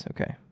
Okay